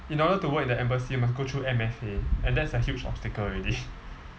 in order to work in the embassy you must go through M_F_A and that's a huge obstacles already